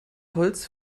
holz